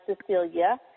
Cecilia